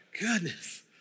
Goodness